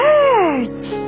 Birds